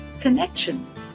connections